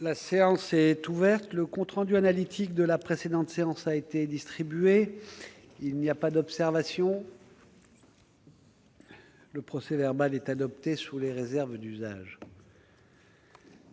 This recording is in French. La séance est ouverte. Le compte rendu analytique de la précédente séance a été distribué. Il n'y a pas d'observation ?... Le procès-verbal est adopté sous les réserves d'usage.